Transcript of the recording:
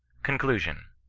conclusion.